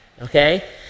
Okay